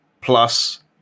plus